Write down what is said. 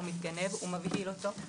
מתגנב ומבהיל אותו.